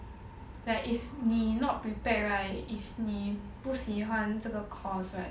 like if 你 not prepared right if 你不喜欢这个 course right